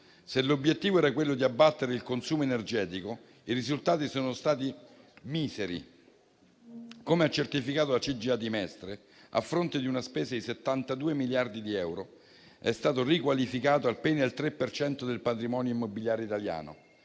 Se l'obiettivo era quello di abbattere il consumo energetico, i risultati sono stati miseri. Come ha certificato la CGIA di Mestre, a fronte di una spesa di 72 miliardi di euro, è stato riqualificato appena il 3 per cento del patrimonio immobiliare italiano.